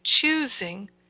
choosing